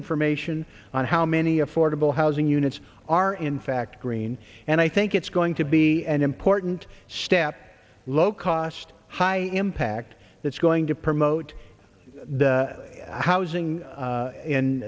information on how many afford well housing units are in fact green and i think it's going to be an important step low cost high impact that's going to promote the housing